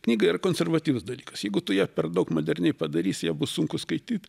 knyga yra konservatyvus dalykas jeigu tu ją per daug moderniai padarysi ją bus sunku skaityt